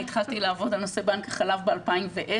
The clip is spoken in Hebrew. אני התחלתי לעבוד על נושא בנק החלב ב-2010.